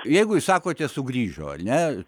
jeigu jūs sakote sugrįžo ar ne